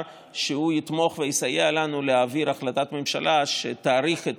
שהוא יתמוך ויסייע לנו להעביר החלטת ממשלה שתאריך את